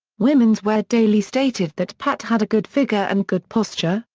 women's wear daily stated that pat had a good figure and good posture,